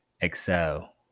excel